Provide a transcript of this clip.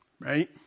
Right